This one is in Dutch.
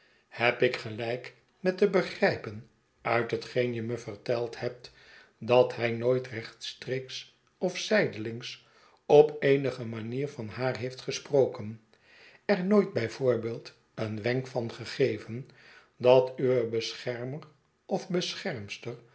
heb ik gelijk met te begrijpen uit hetgeen je me verteld hebt dat hij nooit rechtstreeks of zijdelings op eenige manier van haar heeft gesproken er nooit bij voorbeeld een wenk van gegeven dat uw beschermer of